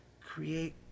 Create